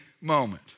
moment